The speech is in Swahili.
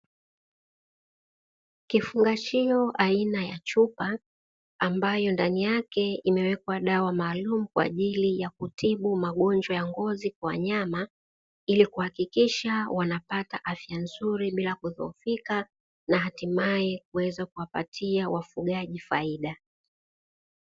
Kifungashio aina ya chupa ambayo ndani yake imewekwa dawa maalumu kwa ajili ya kutibu magonjwa ya ngozi kwa wanyama, ili kuhakikisha wanapata afya nzuri bila kudhoofika na hatimaye kuweza kuwapatia wafugaji faida.